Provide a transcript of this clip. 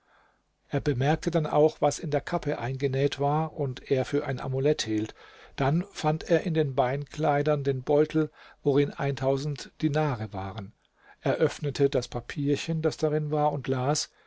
er bemerkte dann auch was in der kappe eingenäht war und er für ein amulett hielt dann fand er in den beinkleidern den beutel worin dinare waren er öffnete das papierchen das darin war und las